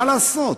מה לעשות,